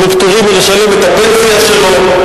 אנחנו פטורים מלשלם את הפנסיה שלו,